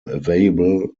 available